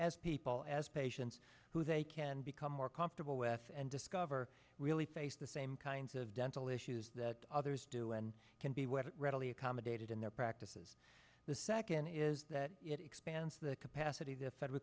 as people as patients who they can become more comfortable with and discover really face the same kinds of dental issues that others do and can be were readily accommodated in their practices the second is that it expands the capacity t